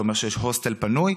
אתה אומר שיש הוסטל פנוי?